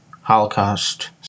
Holocaust